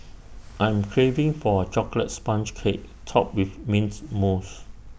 I am craving for A Chocolate Sponge Cake Topped with Mint Mousse